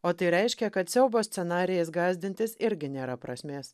o tai reiškia kad siaubo scenarijais gąsdintis irgi nėra prasmės